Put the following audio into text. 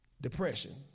Depression